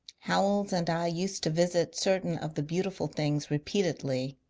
howells and i used to visit certain of the beautiful things repeatedly.